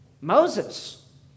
Moses